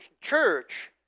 church